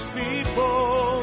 people